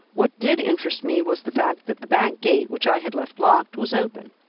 what did interest me was the fact that the back gate, which i had left locked, was open.